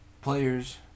Players